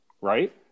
right